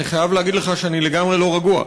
אני חייב להגיד לך שאני לגמרי לא רגוע.